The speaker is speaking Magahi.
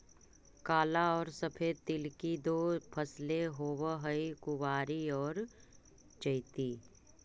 काला और सफेद तिल की दो फसलें होवअ हई कुवारी और चैती